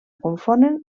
confonen